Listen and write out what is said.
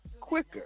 Quicker